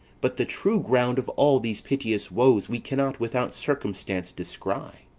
but the true ground of all these piteous woes we cannot without circumstance descry.